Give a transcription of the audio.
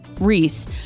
Reese